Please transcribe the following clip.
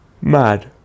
Mad